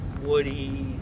Woody